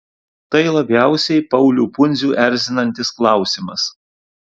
tai labiausiai paulių pundzių erzinantis klausimas